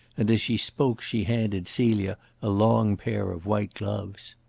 and as she spoke she handed celia a long pair of white gloves.